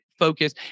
Focus